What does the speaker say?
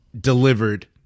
delivered